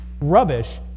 Rubbish